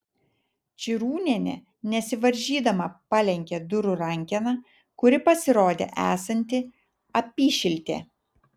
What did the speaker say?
čirūnienė nesivaržydama palenkė durų rankeną kuri pasirodė esanti apyšiltė